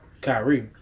Kyrie